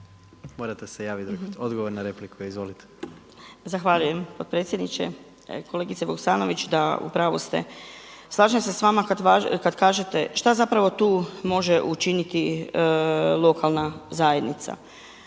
na repliku. **Ambrušec, Ljubica (MOST)** Zahvaljujem potpredsjedniče. Kolegice Vukasnović da, u pravu ste. Slažem se s vama kada kažete šta zapravo tu može učiniti lokalna zajednica?